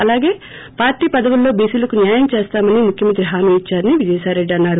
అలాగే పార్షీ పదవుల్లో బీసీలకు న్నాయం చేస్తామని ముఖ్యమంత్రి హామీ ఇచ్చారని విజయసాయిరెడ్డి అన్నారు